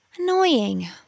annoying